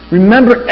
Remember